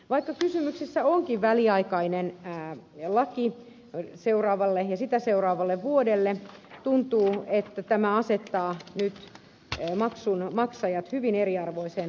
vaikka kysymyksessä onkin väliaikainen laki seuraavalle ja sitä seuraavalle vuodelle tuntuu että tämä asettaa nyt maksun maksajat hyvin eriarvoiseen asemaan